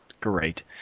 great